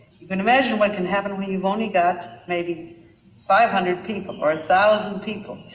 you can imagine what can happen when you've only got maybe five hundred people or a thousand people.